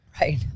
Right